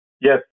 Yes